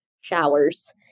showers